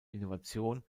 innovation